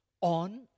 on